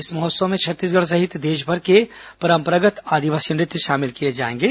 इस महोत्सव में छत्तीसगढ़ सहित देशभर के परंपरागत आदिवासी नृत्य शामिल किए जाएंगे